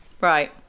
Right